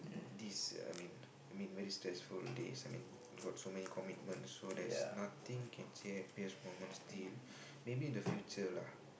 this I mean I mean very stressful days I mean got so many commitment so there's nothing can say happiest moment still maybe in the future lah